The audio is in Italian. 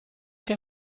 che